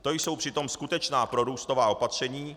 To jsou přitom skutečná prorůstová opatření.